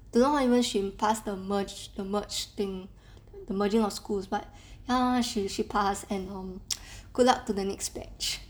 don't know even how she passed the merged the merged thing the merging of schools ya but she she passed and good luck to the next batch